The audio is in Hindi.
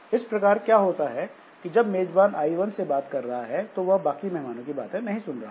इस प्रकार क्या होता है कि जब मेजबान I1 से बात कर रहा है तो यह बाकी मेहमानों की बातें नहीं सुन रहा